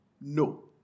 no